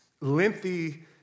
lengthy